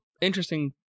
Interesting